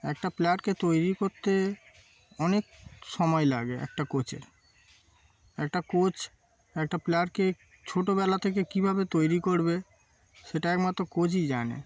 একটা প্লেয়ারকে তৈরি করতে অনেক সময় লাগে একটা কোচের একটা কোচ একটা প্লেয়ারকে ছোটবেলা থেকে কীভাবে তৈরি করবে সেটা একমাত্র কোচই জানে